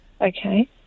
Okay